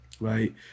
right